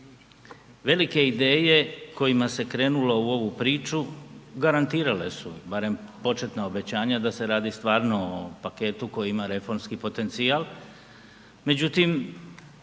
Velike ideje kojima se krenulo u ovu priču garantirale su barem početna obećanja da se radi stvarno o paketu koji ima reformski potencijal